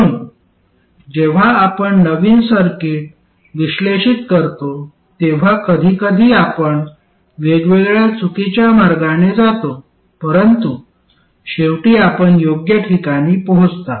म्हणूनच जेव्हा आपण नवीन सर्किट संश्लेषित करतो तेव्हा कधीकधी आपण वेगवेगळ्या चुकीच्या मार्गाने जातो परंतु शेवटी आपण योग्य ठिकाणी पोहोचता